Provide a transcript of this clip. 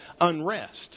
unrest